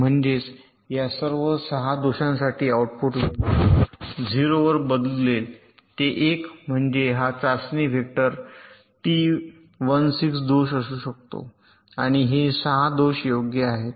म्हणजेच या सर्व 6 दोषांसाठी आउटपुट व्हॅल्यू 0 वरुन बदलेल ते 1 म्हणजेच हा चाचणी वेक्टर टी 1 6 दोष शोधू शकतो आणि हे 6 दोष योग्य आहेत